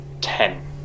ten